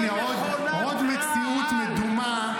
הינה עוד מציאות מדומה.